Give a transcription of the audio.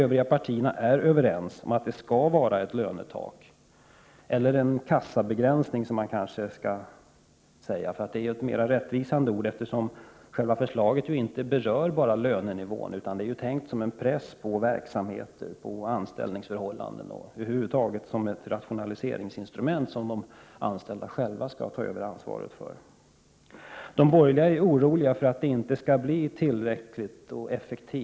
Övriga partier är överens om att det skall vara ett lönetak — kassabegränsning är kanske ett mera rättvisande ord. Själva förslaget berör inte bara lönenivån, utan det är också tänkt som en press när det gäller verksamheter och anställningsförhållanden. Ja, över huvud taget, är det tänkt som ett rationaliseringsinstrument som de anställda själva skall överta ansvaret för. De borgerliga är oroliga för att lönetaket inte skall bli tillräckligt och för att det inte skall bli effektivt.